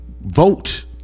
vote